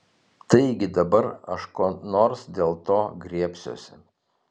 taigi dabar aš ko nors dėl to griebsiuosi